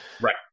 Right